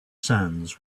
sands